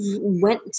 went